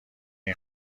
این